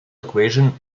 equation